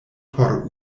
por